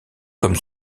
comme